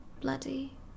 Bloody